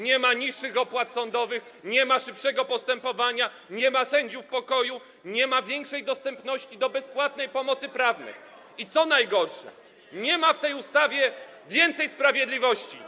Nie ma niższych opłat sądowych, nie ma szybszego postępowania, nie ma sędziów pokoju, nie ma większej dostępności do bezpłatnej pomocy prawnej i, co najgorsze, nie ma w tej ustawie więcej sprawiedliwości.